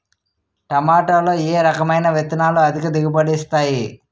టమాటాలో ఏ రకమైన విత్తనాలు అధిక దిగుబడిని ఇస్తాయి